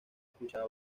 escuchaba